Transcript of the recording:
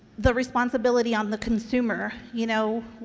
the responsibility on the consumer, you know,